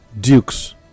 dukes